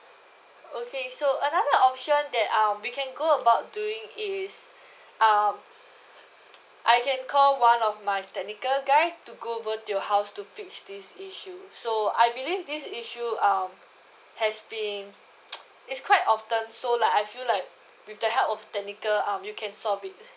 okay so another option that um we can go about doing it is um I can call one of my technical guy to go over to your house to fix this issue so I believe this issue um has been is quite often so like I feel like with the help of technical um you can solve it